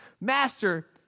Master